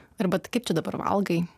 arba tai kaip čia dabar valgai